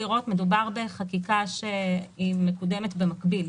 מדובר בחקיקה שמקודמת במקביל,